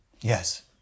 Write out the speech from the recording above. Yes